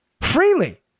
freely